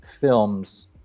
films